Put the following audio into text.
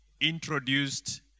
introduced